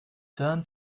turn